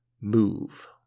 move